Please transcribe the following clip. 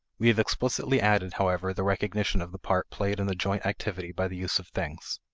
we have explicitly added, however, the recognition of the part played in the joint activity by the use of things.